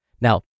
Now